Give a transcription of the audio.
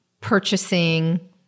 purchasing